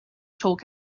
talk